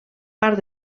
part